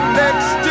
next